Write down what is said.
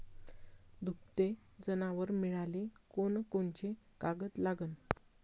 दुभते जनावरं मिळाले कोनकोनचे कागद लागन?